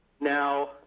Now